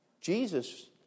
Jesus